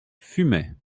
fumay